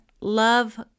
love